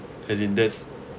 as in this